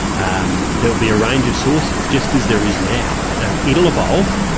um there'll be a range of sources just as there is now and it will evolve.